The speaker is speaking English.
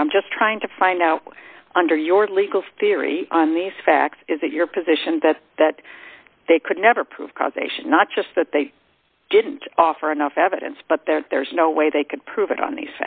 you know i'm just trying to find now under your legal theory on these facts is it your position that that they could never prove causation not just that they didn't offer enough evidence but there is no way they could prove it on